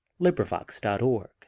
LibriVox.org